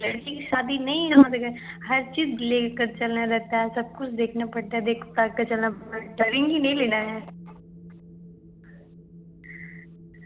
लड़की की शादी नहीं अगर हर चीज़ लेकर चलना रहेता है सब कुछ देखना पड़ता है देख दाख कर चलना रिंग ही नहीं लेना है